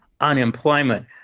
unemployment